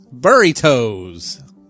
burritos